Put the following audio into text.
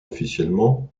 officiellement